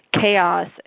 chaos